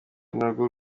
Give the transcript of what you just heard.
narwo